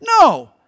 No